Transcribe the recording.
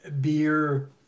beer